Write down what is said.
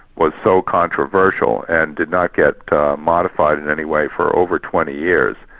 was so controversial and did not get modified in any way for over twenty years.